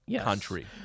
country